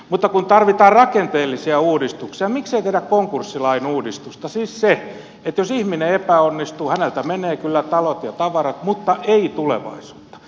mutta kun tarvitaan rakenteellisia uudistuksia miksei tehdä konkurssilain uudistusta siis sitä että jos ihminen epäonnistuu häneltä menee kyllä talot ja tavarat mutta ei tulevaisuutta